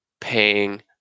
paying